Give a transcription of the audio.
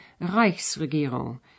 Reichsregierung